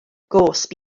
gosb